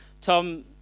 Tom